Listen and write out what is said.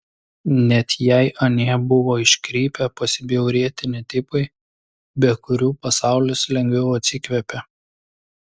net jei anie buvo iškrypę pasibjaurėtini tipai be kurių pasaulis lengviau atsikvėpė